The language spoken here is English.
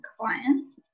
clients